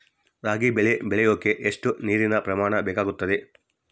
ರಾಗಿ ಬೆಳೆ ಬೆಳೆಯೋಕೆ ಎಷ್ಟು ನೇರಿನ ಪ್ರಮಾಣ ಬೇಕಾಗುತ್ತದೆ?